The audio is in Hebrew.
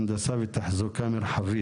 הנדסה ותחזוקה מרחבית,